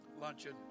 luncheon